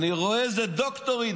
אני רואה איזו דוקטורית,